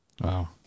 Wow